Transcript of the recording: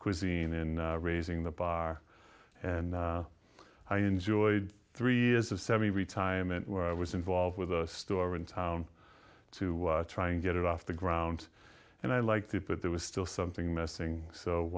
cuisine in raising the bar and i enjoyed three years of semi retirement where i was involved with a store in town to try and get it off the ground and i liked it but there was still something missing so